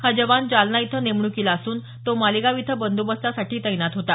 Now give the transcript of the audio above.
हा जवान जालना इथं नेमणुकीला असून तो मालेगाव इथं बंदोबस्तासाठी तैनात होता